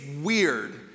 weird